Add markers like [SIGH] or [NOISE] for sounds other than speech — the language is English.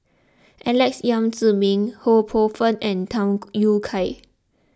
Alex Yam Ziming Ho Poh Fun and Tham [NOISE] Yui Kai